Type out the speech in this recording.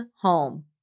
home